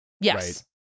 yes